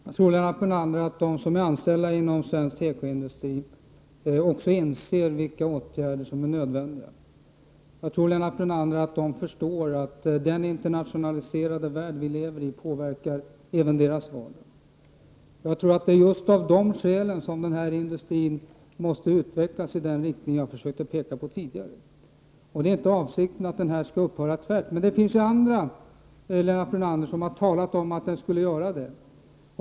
Fru talman! Jag tror, Lennart Brunander, att de som är anställda inom svensk tekoindustri också inser vilka åtgärder som är nödvändiga, och jag tror att de förstår att den internationaliserade värld vi lever i påverkar även deras vardag. Jag tror också att det är just av dessa skäl som denna industri måste utvecklas i den riktning jag tidigare försökte peka på. Avsikten är inte att industrin skall behöva upphöra tvärt. Det finns emellertid andra, Lennart Brunander, som har talat om att den skulle göra det.